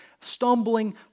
stumbling